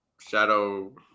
Shadow